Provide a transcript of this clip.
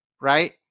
right